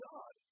God